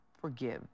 forgive